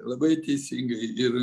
labai teisingai ir